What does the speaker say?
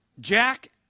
Jack